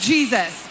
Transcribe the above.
Jesus